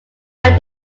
harry